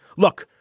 look,